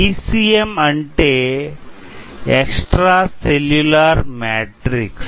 ECM అంటే extracellular matrix